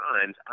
times